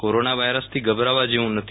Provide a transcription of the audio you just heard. corona વાયરસથી ગભરાવા જેવું નથી